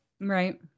Right